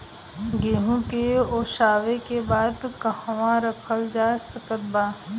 गेहूँ के ओसाई के बाद कहवा रखल जा सकत बा?